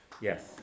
Yes